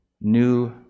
new